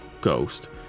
ghost